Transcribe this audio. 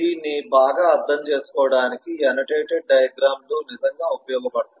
దీన్ని బాగా అర్థం చేసుకోవడానికి ఈ ఆనోటటెడ్ డయాగ్రమ్ లు నిజంగా ఉపయోగపడతాయి